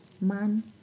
Man